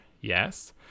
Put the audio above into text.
Yes